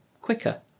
quicker